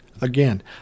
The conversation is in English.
Again